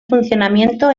funcionamiento